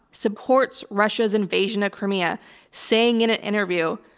supports russia's invasion of crimea saying in an interview,